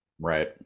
right